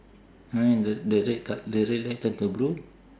then did the red card the red light turn to blue